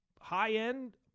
high-end